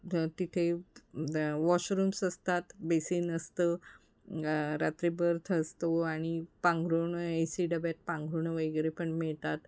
the तिथे washrooms असतात basin असतं रात्री बर्थ असतो आणि पांघरूण ए सी डब्यात पांघरूण वगैरे पण मिळतात